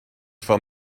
for